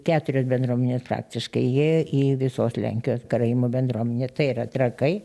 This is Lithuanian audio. keturios bendruomenės praktiškai įėjo į visos lenkijos karaimų bendruomenę tai yra trakai